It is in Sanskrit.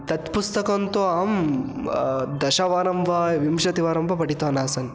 तत् पुस्तकं तु अहं दशवारं वा विंशतिवारं वा पठितवान् आसन्